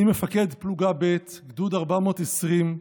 אני מפקד פלוגה ב', גדוד 420,